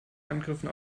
angriffen